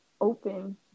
open